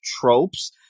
tropes